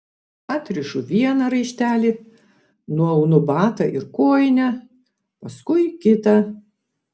atrišu vieną raištelį nuaunu batą ir kojinę paskui kitą